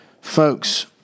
Folks